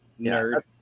Nerd